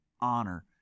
honor